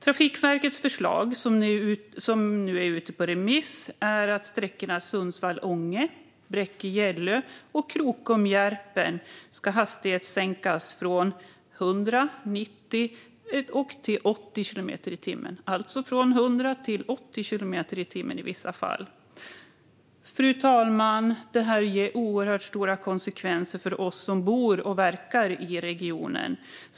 Trafikverkets förslag, som nu är ute på remiss, är att sträckorna Sundsvall-Ånge, Bräcke-Gällö och Krokom-Järpen ska hastighetssänkas från 100 eller 90 till 80 kilometer i timmen. Fru talman! Detta får oerhört stora konsekvenser för oss som bor och verkar i regionen.